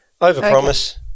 Overpromise